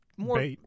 More